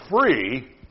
free